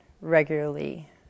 regularly